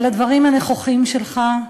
על הדברים הנכוחים שלך,